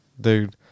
Dude